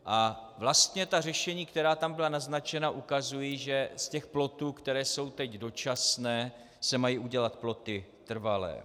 A vlastně ta řešení, která tam byla naznačena, ukazují, že z plotů, které jsou teď dočasné, se mají udělat ploty trvalé.